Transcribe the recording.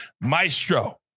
Maestro